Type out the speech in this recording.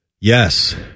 Yes